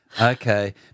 okay